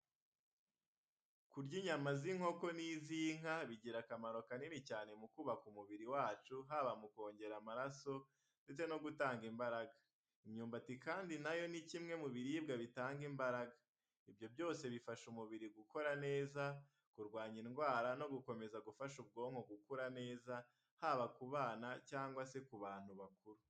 Kurya inyama z’inkoko n’iz’inka bigira akamaro kanini cyane mu kubaka umubiri wacu, haba mu kongera amaraso ndetse no gutanga imbaraga. Imyumbati kandi na yo ni kimwe mu biribwa bitanga imbaraga. Ibyo byose bifasha umubiri gukora neza, kurwanya indwara no gukomeza gufasha ubwonko gukura neza, haba ku bana cyangwa se ku bantu bakuru.